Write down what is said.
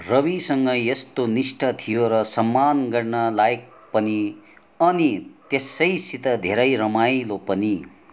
रविसँग यस्तो निष्ठा थियो र सम्मान गर्न लायक पनि अनि त्यसैसित धेरै रमाइलो पनि